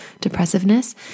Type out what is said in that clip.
depressiveness